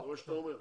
זה מה שאתה אומר?